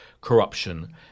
corruption